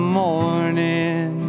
morning